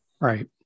Right